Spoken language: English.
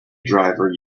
driver